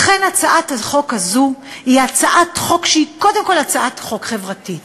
לכן, הצעת החוק הזו היא קודם כול הצעת חוק חברתית.